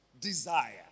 desire